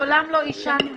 מעולם לא עישנתי,